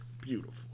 beautiful